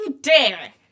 dare